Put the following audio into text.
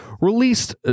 released